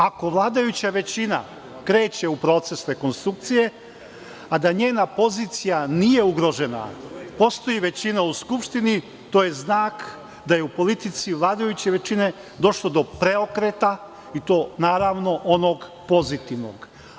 Ako vladajuća većina kreće u proces rekonstrukcije, a da njena pozicija nije ugrožena, postoji većina u Skupštini, to je znak da je u politici vladajuće većine došlo do preokreta i to onog pozitivnog.